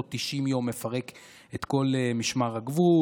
בעוד 90 יום מפרק את כל משמר הגבול,